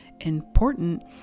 important